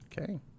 Okay